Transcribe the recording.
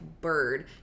bird